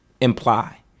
imply